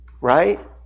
right